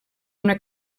una